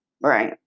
Right